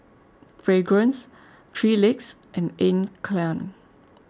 Fragrance three Legs and Anne Klein